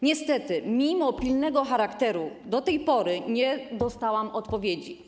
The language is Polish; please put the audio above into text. Niestety, mimo pilnego charakteru do tej pory nie dostałam odpowiedzi.